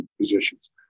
positions